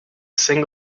single